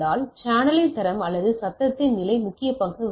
சேனலின் தரம் அல்லது சத்தத்தின் நிலை முக்கிய பங்கு வகிக்கிறது